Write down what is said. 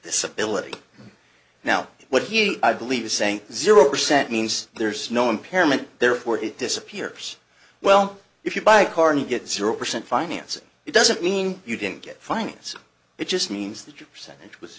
disability now what he i believe is saying zero percent means there's no impairment there where it disappears well if you buy a car and you get zero percent financing it doesn't mean you didn't get finance it just means that your percentage was